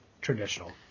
traditional